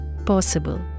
possible